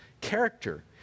character